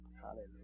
Hallelujah